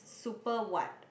super white